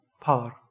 power